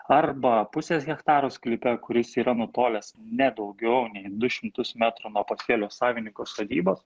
arba pusės hechtaro sklype kuris yra nutolęs ne daugiau nei du šimtus metrų nuo pasėlio savininko sodybos